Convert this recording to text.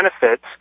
benefits